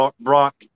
Brock